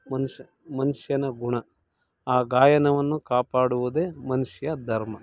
ಮನುಷ್ಯ ಮನುಷ್ಯನ ಗುಣ ಆ ಗಾಯನವನ್ನು ಕಾಪಾಡುವುದೇ ಮನುಷ್ಯ ಧರ್ಮ